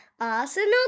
Arsenal